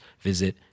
visit